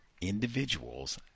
Individuals